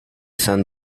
san